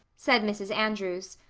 said mrs. andrews.